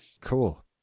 cool